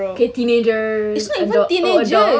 okay teenagers adults oh adults